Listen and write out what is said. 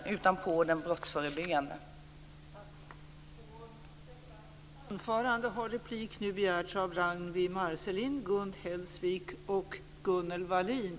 Vi ska lägga dem på den brottsförebyggande biten.